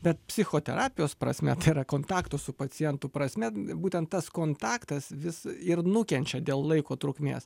bet psichoterapijos prasme tai yra kontakto su pacientu prasme būtent tas kontaktas vis ir nukenčia dėl laiko trukmės